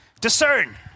Discern